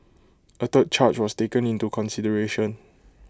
A third charge was taken into consideration